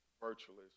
virtually